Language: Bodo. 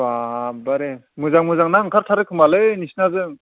बाबबारे मोजां मोजां ना ओंखारथारो खोमालै नोंसिनिजों